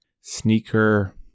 sneaker